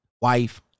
wife